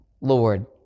Lord